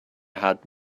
had